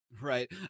Right